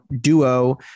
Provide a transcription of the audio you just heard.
duo